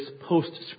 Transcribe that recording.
postscript